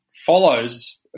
follows